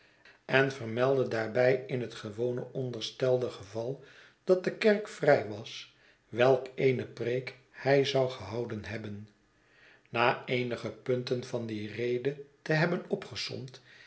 en vermeldde daarbij in het gewone onderstelde geval dat de kerk vrij was welk eene preek hij zou gehouden hebben na eenige punten van die rede te hebben